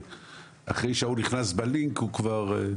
אחרי שהוא נכנס ללינק, הוא חייב לדעת עברית.